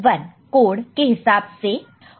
मतलब 8 प्लस 2 10 रहेगा